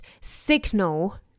signal